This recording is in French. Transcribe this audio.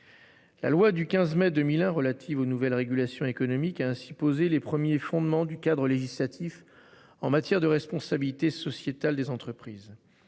La loi du 15 mai 2001 relative aux nouvelles régulations économiques a ainsi posé les premiers fondements du cadre législatif en matière de responsabilité sociétale des entreprises.